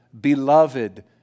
beloved